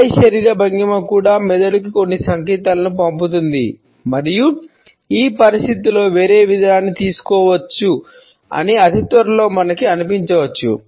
హాయి శరీర భంగిమ కూడా మెదడుకు కొన్ని సంకేతాలను పంపుతుందని మరియు ఈ పరిస్థితిలో వేరే విధానాన్ని తీసుకోవచ్చు అని అతి త్వరలో మనకు అనిపించవచ్చు